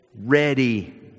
ready